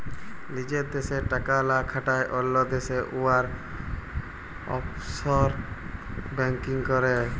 লিজের দ্যাশে টাকা লা খাটায় অল্য দ্যাশে উয়ারা অফশর ব্যাংকিং ক্যরে